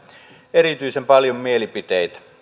erityisen paljon mielipiteitä